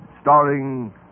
starring